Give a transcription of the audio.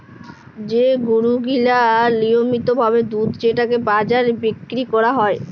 যে গরু গিলা লিয়মিত ভাবে দুধ যেটকে বাজারে বিক্কিরি ক্যরা হ্যয়